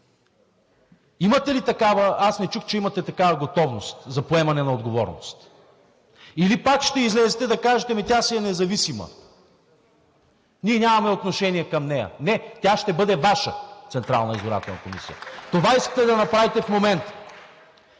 Имате ли такава? Аз не чух, че имате такава готовност за поемане на отговорност. Или пак ще излезете да кажете – ами тя си е независима, ние нямаме отношение към нея. Не, тя ще бъде Ваша Централна избирателна комисия. Това искате да направите в момента.